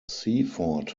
seaford